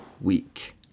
week